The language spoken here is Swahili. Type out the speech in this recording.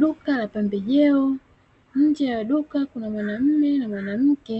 Duka la pembejeo. Nje ya duka kuna mwanamme na mwanamke,